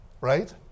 Right